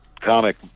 comic